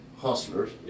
hustlers